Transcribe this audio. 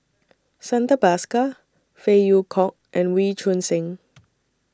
Santha Bhaskar Phey Yew Kok and Wee Choon Seng